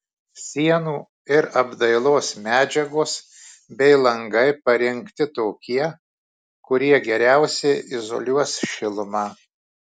sienų ir apdailos medžiagos bei langai parinkti tokie kurie geriausiai izoliuos šilumą